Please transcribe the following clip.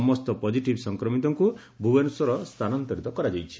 ସମସ୍ତ ପକିଟିଭ୍ ସଂକ୍ରମିତଙ୍ଙ୍ ଭୁବନେଶ୍ୱର ସ୍ଥାନାନ୍ତରିତ କରାଯାଇଛି